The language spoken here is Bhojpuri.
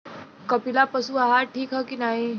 कपिला पशु आहार ठीक ह कि नाही?